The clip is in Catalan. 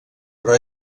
però